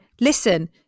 listen